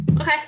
Okay